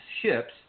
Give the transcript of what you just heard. ships